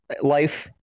life